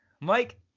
Mike